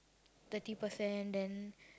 thirty percent then